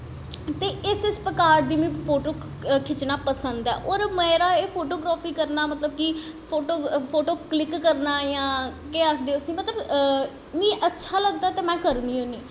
ते इस इस प्रकार दी मिगी फोटो खिचना पसंद ऐ होर मेरा एह् फोटोग्राफी करना मतलब की फोटो कलिक करना जां केह् आखदे उस्सी मतलब मिगी अच्छा लगदा ते में करनी होन्नी